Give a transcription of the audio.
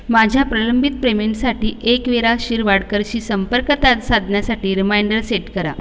माझ्या प्रलंबित पेमेंटसाठी एकवीरा शिरवाडकरशी संपर्कता साधण्यासाठी रिमाइंडर सेट करा